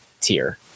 tier